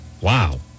wow